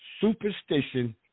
superstition